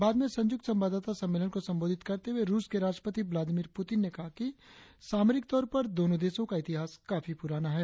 बाद में संयुक्त संवाददाता सम्मेलन को संबोधित करते हुए रुस के राष्ट्रपति ब्लादिमीर प्रतिन ने कहा कि सामरिक तौर पर दोनों देशों का इतिहास काफी पुराना है